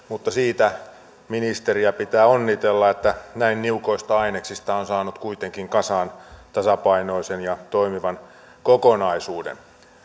mutta siitä ministeriä pitää onnitella että näin niukoista aineksista on saanut kuitenkin kasaan tasapainoisen ja toimivan kokonaisuuden